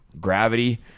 Gravity